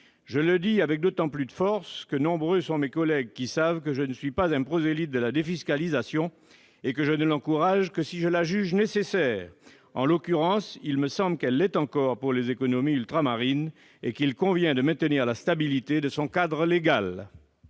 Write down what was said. Je le dis avec d'autant plus de force que nombreux sont mes collègues qui savent que je ne suis pas un prosélyte de la défiscalisation et que je ne l'encourage que si je la juge nécessaire. En l'occurrence, il me semble qu'elle l'est encore pour les économies ultramarines et qu'il convient de maintenir la stabilité de son cadre légal.